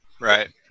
Right